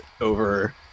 over